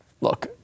look